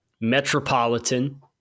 metropolitan